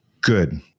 Good